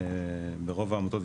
ברוב העמותות,